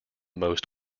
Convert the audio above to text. most